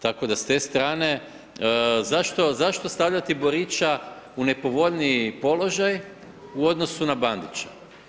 Tako da s te strane, zašto stavljati Borića u nepovoljniji položaj u odnosu na Bandića?